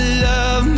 love